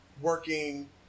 working